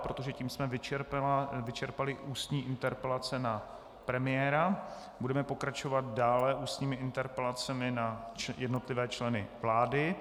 Protože tím jsme vyčerpali ústní interpelace na premiéra, budeme pokračovat dále ústními interpelacemi na jednotlivé členy vlády.